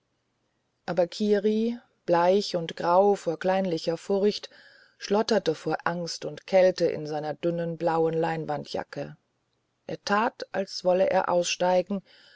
aber kiri bleich und grau vor kleinlicher furcht schlotterte vor angst und kälte in seiner dünnen blauen leinwandjacke er tat als wolle er aussteigen